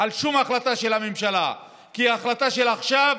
על שום החלטה של הממשלה, כי החלטה של עכשיו,